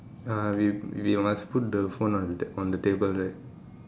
ah we we must put the phone on the on the table right